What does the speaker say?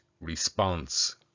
response